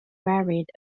varied